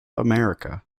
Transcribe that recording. america